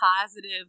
positive